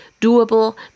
doable